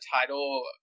title